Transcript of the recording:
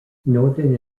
northern